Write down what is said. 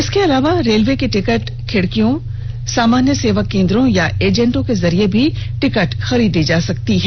इसके अलावा रेलवे की टिकट खिड़कियों सामान्य सेवा केन्द्रों या एजेंटो के जरिये भी टिकट खरीदी जा सकती हैं